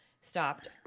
stopped